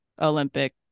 Olympic